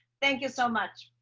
thank you so much!